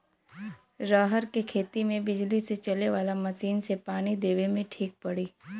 रहर के खेती मे बिजली से चले वाला मसीन से पानी देवे मे ठीक पड़ी?